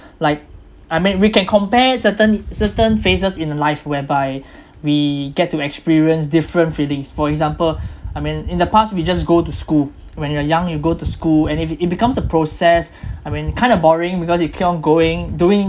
like I mean we can compare certain certain phases in life whereby we get to experience different feelings for example I mean in the past we just go to school when you're young you go to school and if it becomes a process I mean kind of boring because you keep on going doing